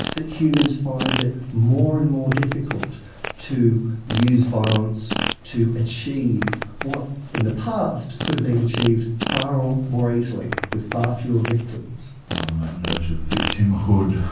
that humans find it more and more difficult to use violence to achieve what in the past could have been achieved far um more easily with far fewer victims. well on that note of victimhood,